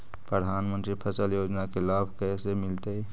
प्रधानमंत्री फसल योजना के लाभ कैसे मिलतै?